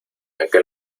aquel